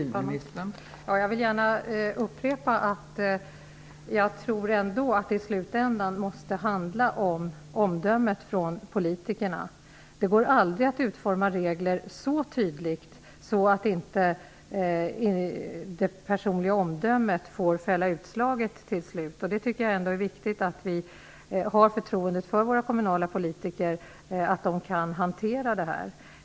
Fru talman! Jag vill gärna upprepa att det i slutändan måste handla om politikernas omdömen. Det går aldrig att utforma regler så tydligt att inte det personliga omdömet till sist får fälla utslaget. Det är viktigt att vi har förtroende för att våra kommunala politiker kan hantera detta.